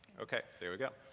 okay, there we go.